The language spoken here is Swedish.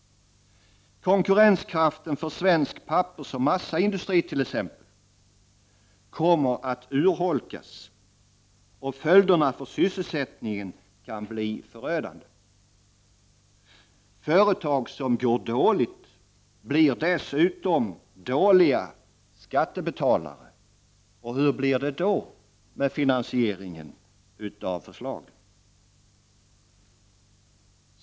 Konkurrenskraften för exempelvis svensk pappersoch massaindustri kommer att urholkas, och följderna för sysselsättningen kan bli förödande. Företag som går dåligt blir dessutom dåliga skattebetalare, och hur blir det då med finansieringen av förslaget?